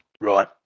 Right